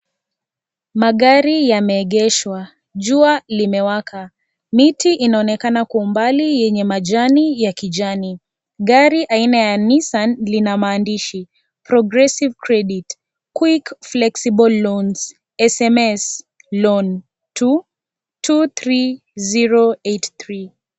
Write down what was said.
Magari yameegeshwa. Jua limewaka. Miti inaonekana kwa umbali yenye majani ya kijani. Gari aina ya Nissan lina maandishi (cs)progressive credit quick flexible loans sms loan to 23083 (cs).